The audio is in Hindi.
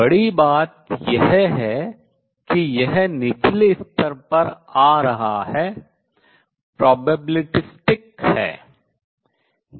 बड़ी बात यह है कि यह निचले स्तर पर आ रहा है संभाव्य है